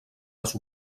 les